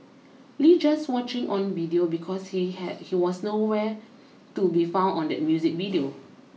Lee just watching on because he heard he was no where to be found on that music video